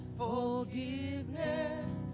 forgiveness